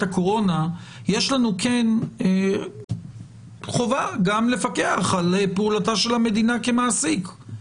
הקורונה יש לנו חובה גם לפקח על פעולתה של המדינה כמעסיק,